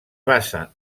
basa